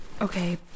Okay